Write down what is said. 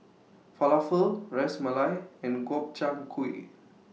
Falafel Ras Malai and Gobchang Gui